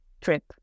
trip